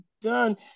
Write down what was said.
done